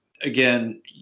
again